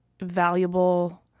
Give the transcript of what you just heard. valuable